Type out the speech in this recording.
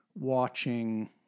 watching